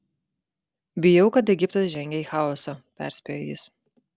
bijau kad egiptas žengia į chaosą perspėjo jis